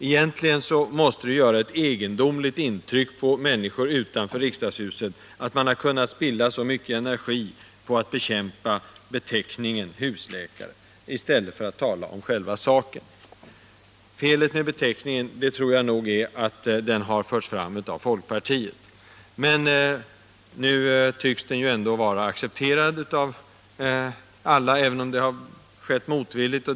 Egentligen måste det göra ett egendomligt intryck på människor utanför riksdagshuset att man har kunnat spilla så mycket energi på att bekämpa beteckningen husläkare i stället för att tala om själva saken. Felet med beteckningen tror jag är att den har förts fram av folkpartiet. Men nu tycks den ändå vara accepterad av alla, även om det har skett motvilligt.